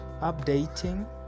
updating